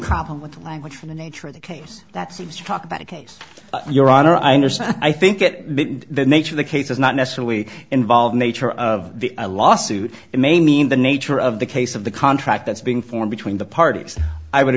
with language for the nature of the case that seems to talk about a case your honor i understand i think that the nature of the case is not necessarily involve nature of the lawsuit it may mean the nature of the case of the contract that's being formed between the parties i would